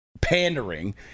pandering